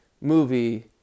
movie